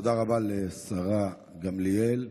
תודה רבה לשרה גמליאל.